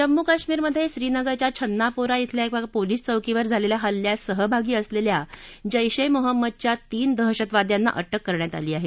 जम्मू काश्मीरमध्ये श्रीनगरच्या छन्नापोरा ब्रिल्या एका पोलीस चौकीवर झालेल्या हल्ल्यात सहभागी असलेल्या जैश ए मोहम्मदच्या तीन दहशतवाद्यांना अटक करण्यात आली आहे